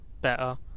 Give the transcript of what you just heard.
better